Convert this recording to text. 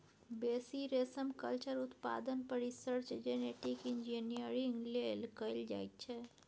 बेसी रेशमकल्चर उत्पादन पर रिसर्च जेनेटिक इंजीनियरिंग लेल कएल जाइत छै